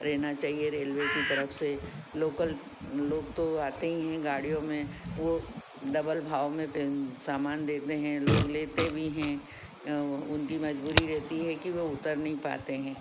रहना चाहिए रेलवे की तरफ से लोकल लोग तो आते ही हैं गाड़ियों में वो डबल भाव में पेन सामान देते हैं लोग लेते भी हैं उनकी मजबूरी रहती है कि वो उतर नहीं पाते हैं